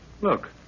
Look